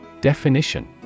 Definition